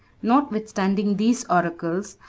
notwithstanding these oracles,